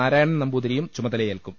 നാരായണൻ നമ്പൂതിരിയും ചുമതലയേൽക്കും